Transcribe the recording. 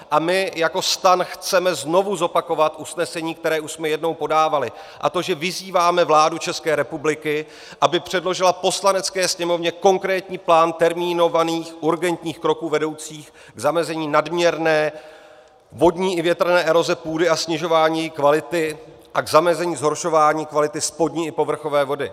A my jako STAN chceme znovu zopakovat usnesení, které už jsme jednou podávali, a to že vyzýváme vládu České republiky, aby předložila Poslanecké sněmovně konkrétní plán termínovaných urgentních kroků vedoucích k zamezení nadměrné vodní i větrné eroze půdy a snižování její kvality a k zamezení zhoršování kvality spodní i povrchové vody.